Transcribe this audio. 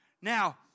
Now